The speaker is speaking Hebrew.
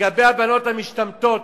לגבי הבנות המשתמטות,